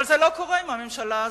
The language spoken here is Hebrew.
אבל, זה לא קורה עם הממשלה הזאת.